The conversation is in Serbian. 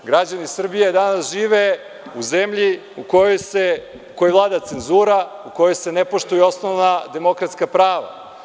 Građani Srbije danas žive u zemlji u kojoj vlada cenzura u kojoj se ne poštuju osnovna demokratska prava.